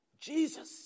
Jesus